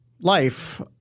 life